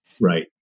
Right